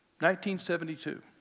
1972